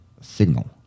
signal